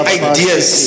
ideas